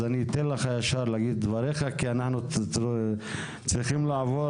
אז אני אתן לך ישר להגיד את דבריך כי אנחנו צריכים לעבור